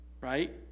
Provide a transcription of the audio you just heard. right